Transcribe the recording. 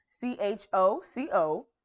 c-h-o-c-o